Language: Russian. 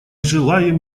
желаем